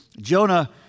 Jonah